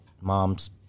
mom's